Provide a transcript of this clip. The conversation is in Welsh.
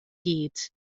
gyd